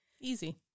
Easy